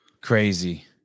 crazy